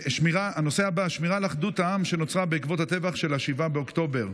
הנושא הבא: שמירה על האחדות בעם שנוצרה בעקבות הטבח של 7 באוקטובר,